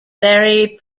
very